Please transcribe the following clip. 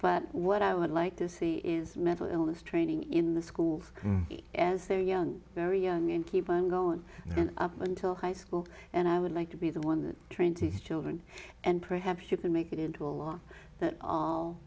but what i would like to see is mental illness training in the schools as they're young very young and keep on going up until high school and i would like to be the one that trained he still didn't and perhaps you can make it into a law that all